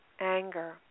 anger